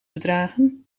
bedragen